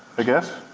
i guess.